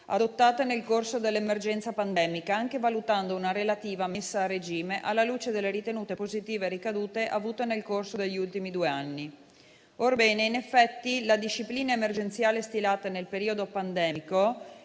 adottata nel corso dell'emergenza pandemica, anche valutando una relativa messa a regime, alla luce delle ricadute avute nel corso degli ultimi due anni, ritenute positive. Orbene, in effetti, la disciplina emergenziale stilata nel periodo pandemico